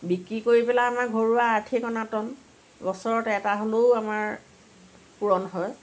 বিক্ৰী কৰি পেলাই আমাৰ ঘৰুৱা আৰ্থিক অনাটন বছৰত এটা হ'লেও আমাৰ পূৰণ হয়